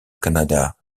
canada